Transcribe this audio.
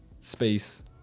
space